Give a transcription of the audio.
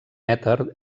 èter